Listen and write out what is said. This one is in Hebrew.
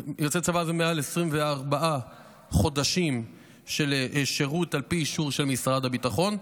יוצא צבא זה מעל 24 חודשים של שירות על פי אישור של משרד הביטחון,